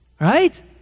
Right